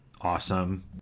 Awesome